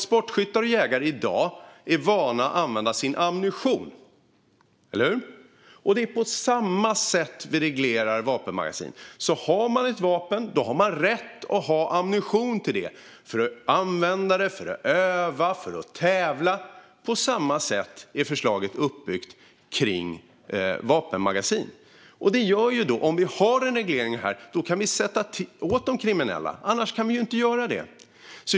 Sportskyttar och jägare är i dag vana vid att använda sin ammunition - eller hur? På samma sätt reglerar vi vapenmagasin. Har man ett vapen har man rätt att ha ammunition till det - för att använda det, för att öva och för att tävla. På samma sätt är förslaget uppbyggt kring vapenmagasin. Om vi har en reglering av detta kan vi sätta åt de kriminella. Annars kan vi inte göra det.